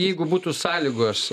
jeigu būtų sąlygos